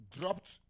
dropped